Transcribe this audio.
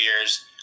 years